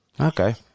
Okay